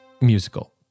musical